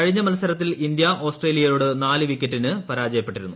കഴിഞ്ഞ മത്സരത്തിൽ ഇന്ത്യ ഓസ്ട്രേലിയയോട് നാല് വിക്കറ്റിന് പരാജയപ്പെട്ടിരുന്നു